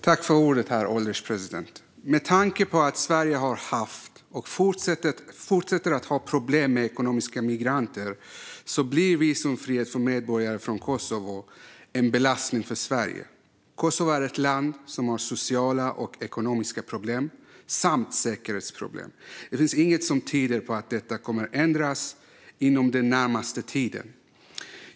Herr ålderspresident! Med tanke på att Sverige har haft och fortsätter att ha problem med ekonomiska migranter blir visumfrihet för medborgare från Kosovo en belastning för Sverige. Kosovo är ett land som har sociala och ekonomiska problem samt säkerhetsproblem. Det finns inget som tyder på att detta kommer att ändras inom den närmaste tiden.